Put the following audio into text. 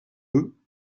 eux